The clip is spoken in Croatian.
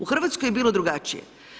U Hrvatskoj je bilo drugačije.